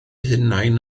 hunain